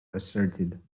asserted